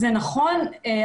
זה נכון,